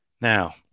Now